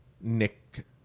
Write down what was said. Nick